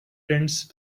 tents